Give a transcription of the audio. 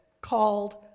called